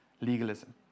legalism